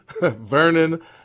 Vernon